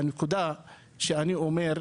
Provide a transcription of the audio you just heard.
והנקודה שאני אומר,